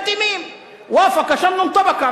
ואפק שנון טבקה.